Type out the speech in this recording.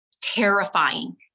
terrifying